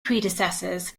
predecessors